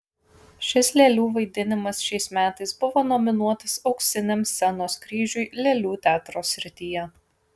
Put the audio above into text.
šis lėlių vaidinimas šiais metais buvo nominuotas auksiniam scenos kryžiui lėlių teatro srityje